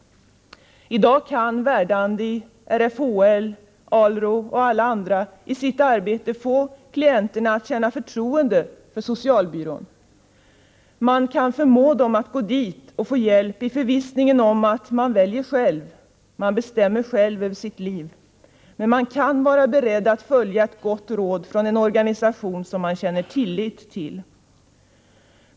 I dag kan Verdandi, RFHL, ALRO och alla andra i sitt arbete få klienterna att känna förtroende för socialbyrån. De kan förmå en klient att gå dit i förvissningen om att han väljer själv, han bestämmer själv över sitt liv. Han kan vara beredd att följa ett gott råd från en organisation som han känner tillit till.